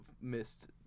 missed